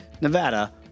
nevada